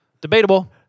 Debatable